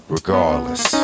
Regardless